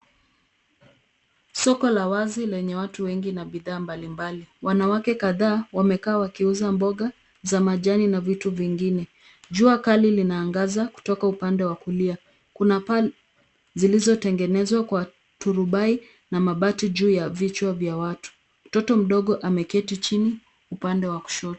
Soko la wazi lenye bidhaa mingi na watu mbalimbali. Wanawake kadhaa wamekaa wakiuza mboga za majani na vitu vingine. Jua kali linaangaza kutoka upande wa kulia, kuna paa zilizotengenezwa kwa turubai na mabati juu ya vichwa vya watu. Mtoto mdogo ameketi chini upande wa kushoto.